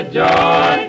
joy